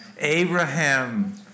Abraham